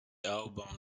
album